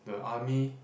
the army